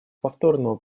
повторного